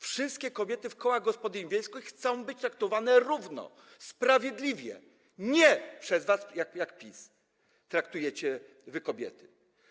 Wszystkie kobiety w kołach gospodyń wiejskich chcą być traktowane równo, sprawiedliwie, nie tak jak wy, PiS, traktujecie kobiety.